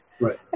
Right